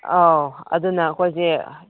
ꯑꯥꯎ ꯑꯗꯨꯅ ꯑꯩꯈꯣꯏꯁꯦ